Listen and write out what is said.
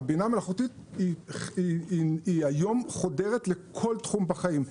הבינה מלאכותית היא היום חודרת לכל תחום בחיים,